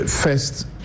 first